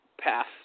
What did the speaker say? pass